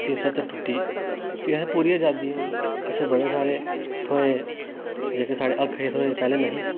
तिन सौ सत्तर त्रुट्टी फ्ही असें पूरी आजादी ऐ हुन असेंगी बड़े सारे थ्होए जेहके साढ़े हक हे थ्होए पैहलें नेहे